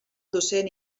docent